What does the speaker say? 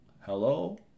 hello